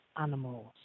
animals